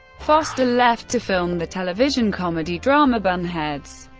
foster left to film the television comedy-drama bunheads,